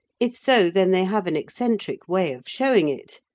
if so, then they have an eccentric way of showing it,